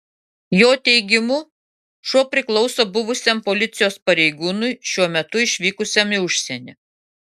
jo teigimu šuo priklauso buvusiam policijos pareigūnui šiuo metu išvykusiam į užsienį